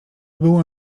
było